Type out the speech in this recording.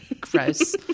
Gross